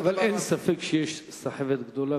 אבל אין ספק שיש סחבת גדולה